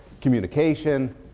communication